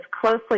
closely